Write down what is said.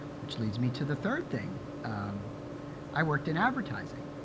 which leads me to the third thing i worked in advertising.